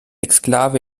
exklave